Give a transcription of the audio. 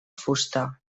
fusta